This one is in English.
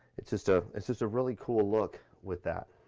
it's just ah it's just a really cool look with that.